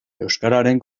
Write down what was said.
euskararen